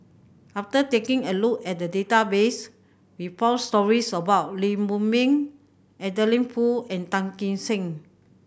after taking a look at the database we found stories about Lee Huei Min Adeline Foo and Tan Kim Seng